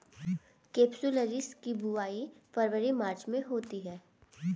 capsularis की बुवाई फरवरी मार्च में होती है